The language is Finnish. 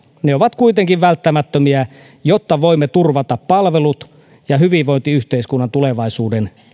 ne ovat kuitenkin välttämättömiä jotta voimme turvata palvelut ja hyvinvointiyhteiskunnan tulevaisuuden